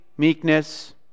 meekness